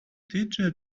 teacher